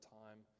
time